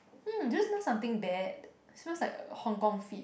hmm do you smell something bad smells like uh Hong-Kong feet